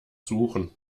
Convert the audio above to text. suchen